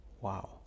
Wow